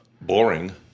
Boring